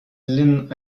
linn